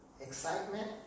excitement